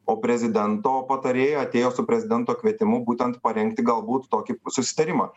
o prezidento patarėja atėjo su prezidento kvietimu būtent parengti galbūt tokį susitarimą